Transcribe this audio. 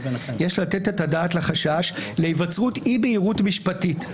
יש לתת את הדעת לחשש להיווצרות אי בהירות משפטית.